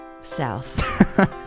south